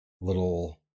little